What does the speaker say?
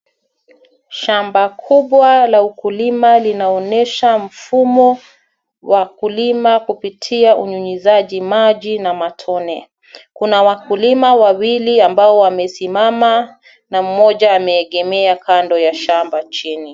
Shamba kubwa la ukulima linaonyesha mfumo wa kulima kupitia unyunyizaji wa maji kwa matone. Kuna wakulima wawili ambao wamesimama, na mmoja amegemea kando ya shamba chini.